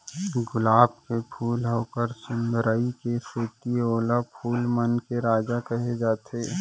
गुलाब के फूल ल ओकर सुंदरई के सेती ओला फूल मन के राजा कहे जाथे